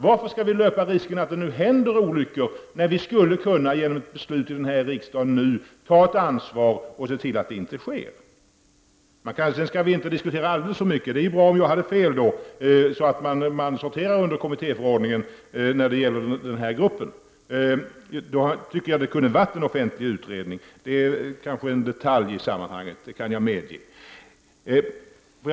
Varför skall vi löpa risken att det händer olyckor, när vi genom ett beslut i riksdagen nu skulle kunna ta ett ansvar och se till att det inte sker? Vi skall väl inte diskutera frågan om laggruppen alltför mycket. Det är ju bra om jag hade fel och att man sorterar under kommittéförordningen. Då kunde det ju ha varit en offentlig utredning, tycker jag. Jag kan medge att det är en detalj i sammanhanget.